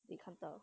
也看不到